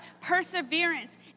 perseverance